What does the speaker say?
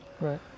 Right